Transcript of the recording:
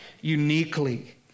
uniquely